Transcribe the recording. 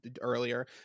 earlier